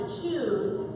choose